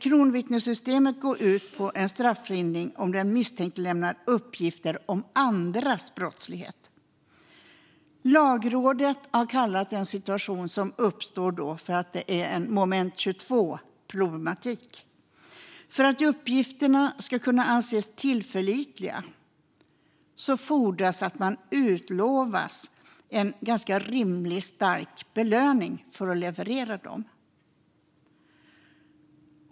Kronvittnessystemet går ut på strafflindring om den misstänkte lämnar uppgifter om andras brottslighet. Lagrådet har kallat den situation som uppstår för en moment 22-problematik. För att uppgifterna ska kunna anses tillförlitliga fordras att personen utlovas en ganska stor belöning för att leverera dem.